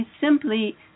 simply